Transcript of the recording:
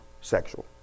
sexual